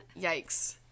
Yikes